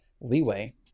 leeway